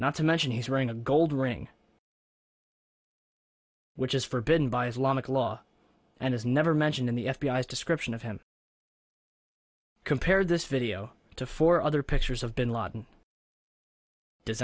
not to mention he's wearing a gold ring which is forbidden by islamic law and is never mentioned in the f b i s description of him compared this video to four other pictures of bin laden